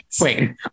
wait